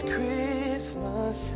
Christmas